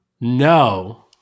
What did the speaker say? No